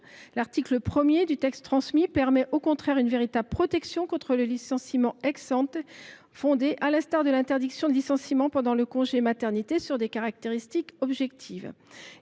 L’article 1 du texte transmis permet, au contraire, une véritable protection contre le licenciement fondée, à l’instar de l’interdiction de licenciement pendant le congé maternité, sur des caractéristiques objectives.